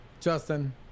justin